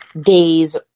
days